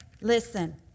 listen